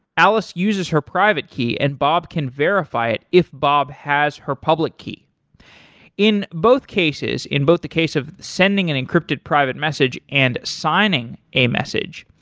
alice uses her private key and bob can verify it if bob has her public key in both cases, in both the case of sending an encrypted private message and signing a message,